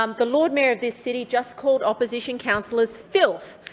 um the lord mayor of this city just called opposition councillors filth.